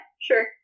sure